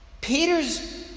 Peter's